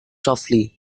softly